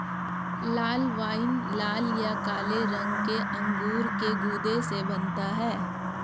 लाल wine लाल या काले रंग के अंगूर के गूदे से बनता है